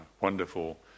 wonderful